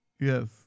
yes